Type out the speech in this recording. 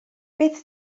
beth